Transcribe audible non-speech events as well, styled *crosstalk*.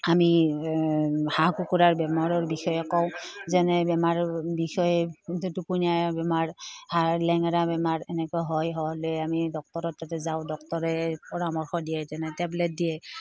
আমি হাঁহ কুকুৰাৰ বেমাৰৰ বিষয়ে কওঁ যেনে বেমাৰৰ বিষয়ে যিটো *unintelligible* বেমাৰ হাঁহৰ লেঙেৰা বেমাৰ এনেকুৱা হয় হ'লে আমি ডাক্তৰৰ তাতে যাওঁ ডাক্তৰে পৰামৰ্শ দিয়ে তেনে টেবলেট দিয়ে